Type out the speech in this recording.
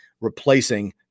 replacing